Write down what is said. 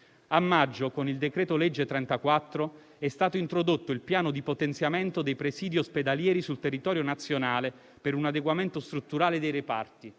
19 maggio 2020, n. 34 è stato introdotto il piano di potenziamento dei presidi ospedalieri sul territorio nazionale per un adeguamento strutturale dei reparti,